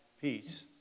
peace